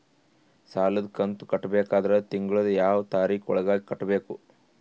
ಸಾಲದ ಕಂತು ಕಟ್ಟಬೇಕಾದರ ತಿಂಗಳದ ಯಾವ ತಾರೀಖ ಒಳಗಾಗಿ ಕಟ್ಟಬೇಕು?